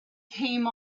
came